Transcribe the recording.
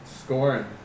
Scoring